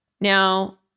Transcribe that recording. Now